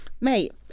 Mate